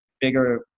bigger